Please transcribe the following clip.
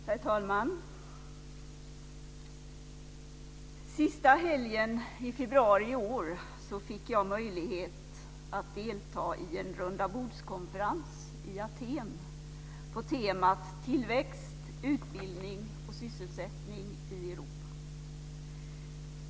Herr talman! Sista helgen i februari i år fick jag möjlighet att delta i en rundabordskonferens i Aten på temat "Tillväxt, utbildning och sysselsättning i Europa".